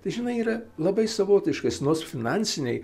tai žinai yra labai savotiškas nors finansiniai